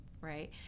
right